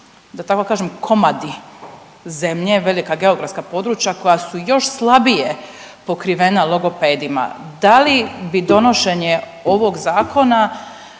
da tako kažem komadi zemlje velika geografska područja koja su još slabije pokrivena logopedima. Da li bi donošenje ovog zakona